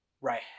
Right